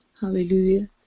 hallelujah